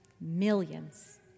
millions